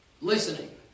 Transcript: Listening